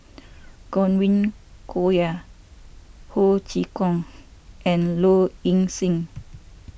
Godwin Koay Ho Chee Kong and Low Ing Sing